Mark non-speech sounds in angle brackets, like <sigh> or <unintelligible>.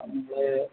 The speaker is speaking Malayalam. <unintelligible>